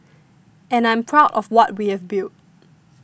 and I'm proud of what we have built